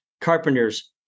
carpenters